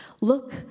Look